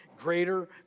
greater